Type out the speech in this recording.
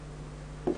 לא.